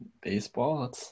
baseball